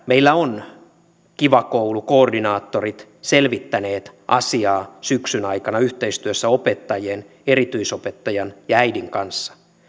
meillä ovat kiva koulu koordinaattorit selvittäneet asiaa syksyn aikana yhteistyössä opettajien erityisopettajan ja äidin kanssa